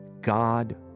God